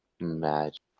magic